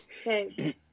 okay